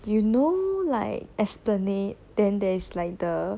you know like esplanade then there is like the